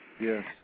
Yes